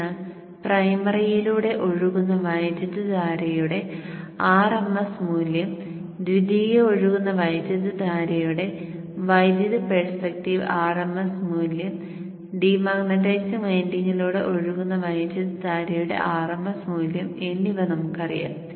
അതിനാൽ പ്രൈമറിയിലൂടെ ഒഴുകുന്ന വൈദ്യുതധാരയുടെ rms മൂല്യം ദ്വിതീയ ഒഴുകുന്ന വൈദ്യുതധാരയുടെ വൈദ്യുത പെർസെപ്റ്റീവ് rms മൂല്യം ഡീമാഗ്നെറ്റൈസിംഗ് വിൻഡിംഗിലൂടെ ഒഴുകുന്ന വൈദ്യുതധാരയുടെ rms മൂല്യം എന്നിവ നമുക്കറിയാം